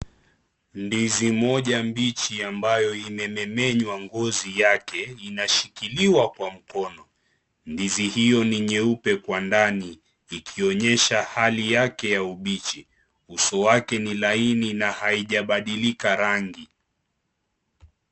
Ndizi moja mbichi ambayo imemenywa ngozi yake inashikiliwa kwa mkono, ndizi hiyo ni nyeupe kwa ndani ikionyesha hali yake ya ubichi uso wake ni laini na haijabadilika rangi.